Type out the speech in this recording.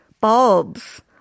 bulbs